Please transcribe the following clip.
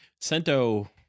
Sento